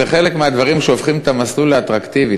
זה חלק מהדברים שהופכים את המסלול לאטרקטיבי.